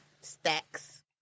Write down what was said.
Stacks